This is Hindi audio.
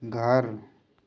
घर